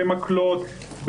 במקלות,